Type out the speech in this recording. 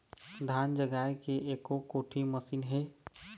धान जगाए के एको कोठी मशीन हे?